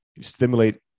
stimulate